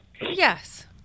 Yes